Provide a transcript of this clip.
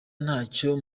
ntacyo